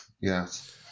Yes